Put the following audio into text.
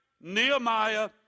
Nehemiah